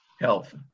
Health